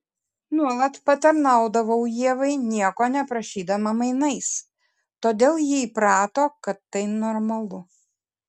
nuolat patarnaudavau ievai nieko neprašydama mainais todėl ji įprato kad tai normalu